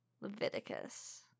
Leviticus